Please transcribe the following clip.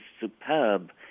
superb